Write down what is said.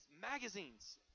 magazines